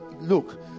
look